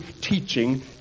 teaching